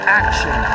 action